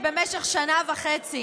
תראו, זה שבמשך שנה וחצי